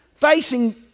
facing